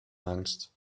angst